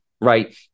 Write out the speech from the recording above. right